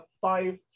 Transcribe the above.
five